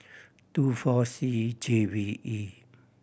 two four C J V E